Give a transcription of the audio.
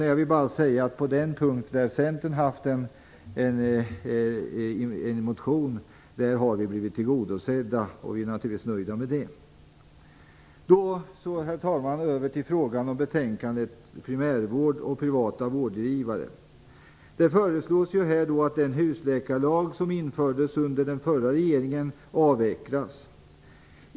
Jag vill bara säga att på den punkt där Centern hade en motion har våra önskemål blivit tillgodosedda, och vi är naturligtvis nöjda med det. Så, herr talman, över till betänkandet Primärvård, privata vårdgivare m.m. Här föreslås att den husläkarlag som infördes under den förra regeringen skall avvecklas.